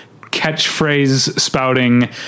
catchphrase-spouting